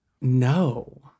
No